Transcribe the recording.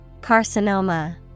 Carcinoma